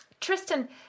Tristan